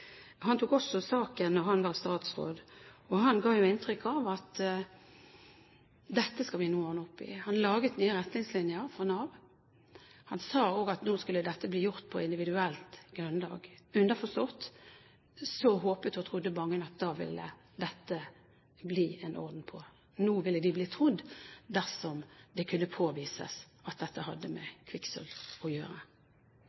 Han tok også saken da han var statsråd, og han ga inntrykk av at dette skal vi nå ordne opp i. Han laget nye retningslinjer for Nav. Han sa også at nå skulle dette bli gjort på individuelt grunnlag – underforstått, håpet og trodde mange, at da ville det bli en orden på dette, nå ville de bli trodd dersom det kunne påvises at dette hadde med